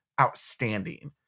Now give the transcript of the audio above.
outstanding